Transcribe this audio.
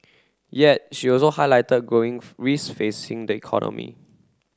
yet she also highlighted growing risks facing the economy